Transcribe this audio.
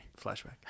Flashback